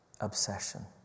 obsession